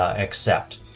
ah accept